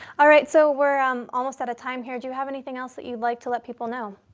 all right. so we're um almost at a time here. do you have anything else that you'd like to let people know?